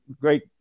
great